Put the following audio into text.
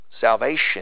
salvation